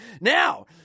Now